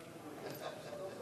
לא הבנתי על מה מוחים.